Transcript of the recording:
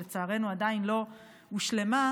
שלצערנו עדיין לא הושלמה,